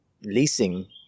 leasing